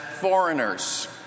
foreigners